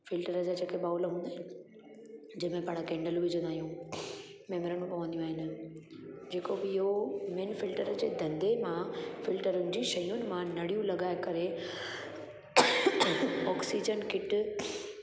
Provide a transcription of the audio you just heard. filter जा जेके bowl हूंदा आहिनि जंहिंमें पाण केंडल विझंदा आहियूं मेमरन बि पवंदियूं आहिनि जेको बि इहो मेन फिल्टर जे धंधे मां फिल्टरनि जी शयूंनि मां नड़ियूं लॻाए करे ऑक्सीजन किट